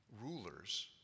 rulers